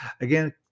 again